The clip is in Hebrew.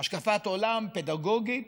השקפת עולם פדגוגית